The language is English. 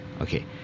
Okay